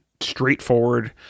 straightforward